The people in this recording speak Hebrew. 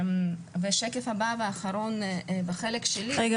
השקף הבא והאחרון בחלק שלי -- רגע,